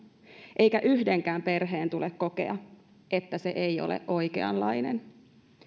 eikä yhdenkään perheen tule kokea että se ei ole oikeanlainen